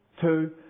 Two